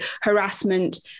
harassment